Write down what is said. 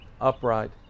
upright